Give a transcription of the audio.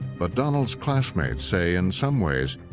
but donald's classmates say in some ways,